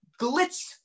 glitz